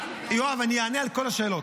יואב, אני אענה על כל השאלות.